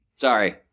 Sorry